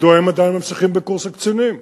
מדוע הם עדיין ממשיכים בקורס הקצינים?